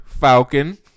Falcon